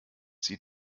sie